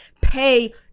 pay